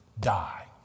die